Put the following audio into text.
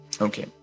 Okay